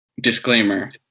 disclaimer